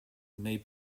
may